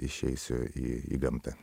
išeisiu į į gamtą